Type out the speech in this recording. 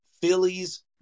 Phillies